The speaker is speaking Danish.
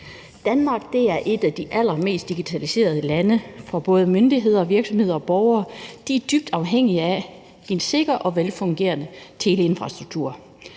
Danmark er et af de allermest digitaliserede lande, for både myndigheder, virksomheder og borgere er dybt afhængige af en sikker og velfungerende teleinfrastruktur.